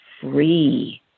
free